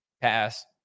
pass